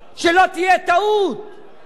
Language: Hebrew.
היה עובר החוק שעבר אצלם,